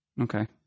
Okay